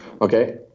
Okay